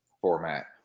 format